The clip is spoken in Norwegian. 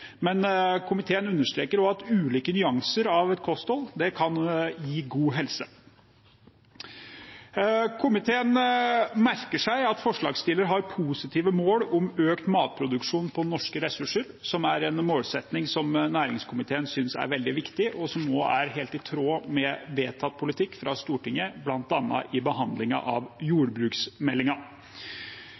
kan gi god helse. Komiteen merker seg at forslagsstilleren har positive mål om økt matproduksjon på norske ressurser, som er en målsetting næringskomiteen synes er veldig viktig, og som også er helt i tråd med vedtatt politikk fra Stortinget, bl.a. ved behandlingen av